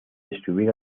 estuviera